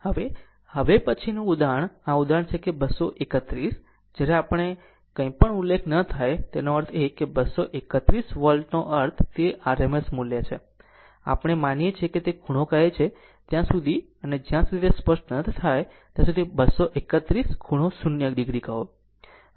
હવે હવે પછીનું બીજું ઉદાહરણ આ ઉદાહરણ છે કે 231 જ્યારે પણ કંઇ ઉલ્લેખ ન થાય તેનો અર્થ એ કે 231 વોલ્ટનો અર્થ તે RMS મૂલ્ય છે અને આપણે માનીએ છીએ કે તે ખૂણો કહે છે ત્યાં સુધી અને જ્યાં સુધી તે સ્પષ્ટ ન થાય ત્યાં સુધી 231 ખૂણો 0 o કહો